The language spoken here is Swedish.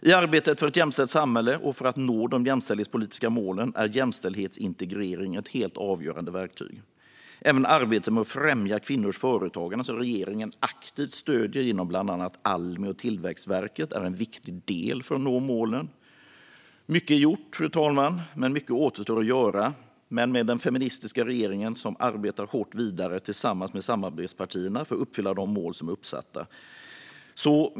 I arbetet för ett jämställt samhälle och för att nå de jämställdhetspolitiska målen är jämställdhetsintegrering ett helt avgörande verktyg. Även arbetet med att främja kvinnors företagande, som regeringen aktivt stöder genom bland annat Almi och Tillväxtverket, är en viktig del för att nå målen. Mycket är gjort, fru talman, men mycket återstår att göra. Den feministiska regeringen arbetar hårt vidare tillsammans med samarbetspartierna för att uppfylla de mål som är uppsatta.